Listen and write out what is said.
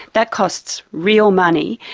that cost real money,